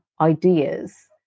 ideas